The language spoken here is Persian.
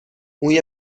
موی